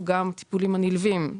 או גם טיפולים הנלווים,